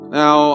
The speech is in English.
now